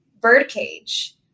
birdcage